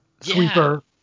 Sweeper